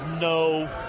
no